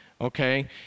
Okay